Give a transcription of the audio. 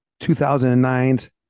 2009's